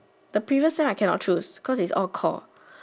the previous sem I cannot choose cause it's all core